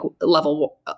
level